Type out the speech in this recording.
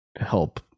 help